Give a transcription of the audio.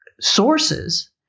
sources